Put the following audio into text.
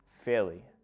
fairly